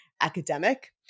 academic